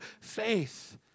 faith